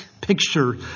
picture